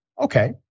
okay